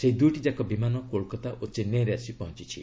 ସେହି ଦୁଇଟିଯାକ ବିମାନ କୋଲକାତା ଓ ଚେନ୍ନାଇରେ ଆସି ପହଞ୍ଚିଛି